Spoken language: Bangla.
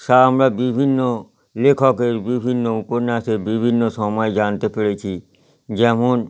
সা আমরা বিভিন্ন লেখকের বিভিন্ন উপন্যাসে বিভিন্ন সময়ে জানতে পেরেছি যেমন